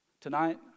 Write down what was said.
Tonight